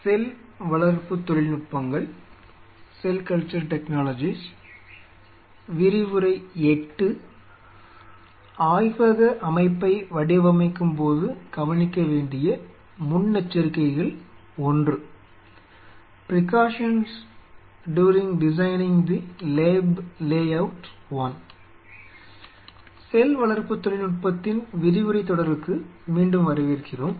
செல் வளர்ப்பு தொழில்நுட்பத்தின் விரிவுரைத் தொடருக்கு மீண்டும் வரவேற்கிறோம்